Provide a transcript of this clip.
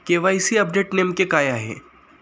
KYC update नेमके काय आहे?